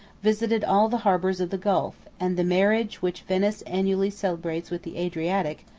visited all the harbors of the gulf and the marriage which venice annually celebrates with the adriatic,